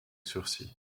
sursis